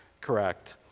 correct